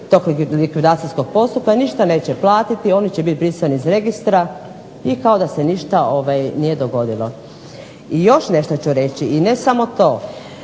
tog likvidacijskog postupka i ništa neće platiti i oni će biti brisani iz registra i kao da se ništa nije dogodilo. I još nešto ću reći i ne samo to.